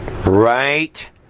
Right